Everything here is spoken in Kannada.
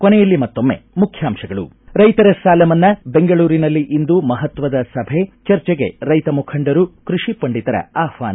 ಕೊನೆಯಲ್ಲಿ ಮತ್ತೊಮ್ನೆ ಮುಖ್ಯಾಂಶಗಳು ರೈತರ ಸಾಲ ಮನ್ನಾ ಬೆಂಗಳೂರಿನಲ್ಲಿ ಇಂದು ಮಹತ್ವದ ಸಭೆ ಚರ್ಜೆಗೆ ರೈತ ಮುಖಂಡರು ಕೃಷಿ ಪಂಡಿತರ ಆಹ್ವಾನ